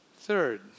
Third